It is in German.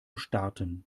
starten